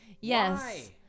Yes